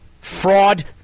Fraud